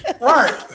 Right